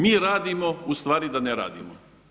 Mi radimo ustvari da ne radimo.